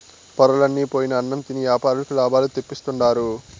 పొరలన్ని పోయిన అన్నం తిని యాపారులకు లాభాలు తెప్పిస్తుండారు